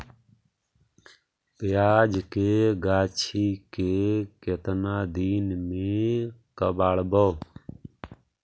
प्याज के गाछि के केतना दिन में कबाड़बै?